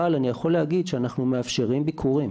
אבל אני יכול להגיד שאנחנו מאפשרים ביקורים.